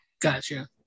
Gotcha